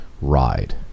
ride